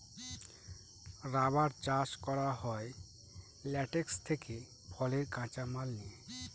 rubber চাষ করা হয় ল্যাটেক্স থেকে ফলের কাঁচা মাল নিয়ে